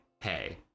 Hey